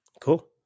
Cool